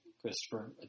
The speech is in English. Christopher